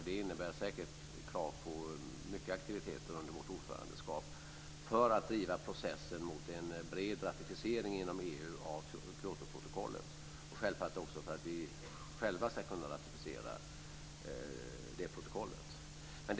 Det innebär säkert krav på mycket aktivitet under vårt ordförandeskap för att driva processen mot en bred ratificering inom EU av Kyotoprotokollet och självfallet också för att vi själva ska kunna ratificera det protokollet.